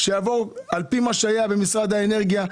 על פי מה שהיה במשרד האנרגיה.